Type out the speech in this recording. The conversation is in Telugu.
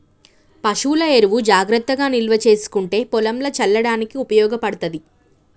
పశువుల ఎరువు జాగ్రత్తగా నిల్వ చేసుకుంటే పొలంల చల్లడానికి ఉపయోగపడ్తది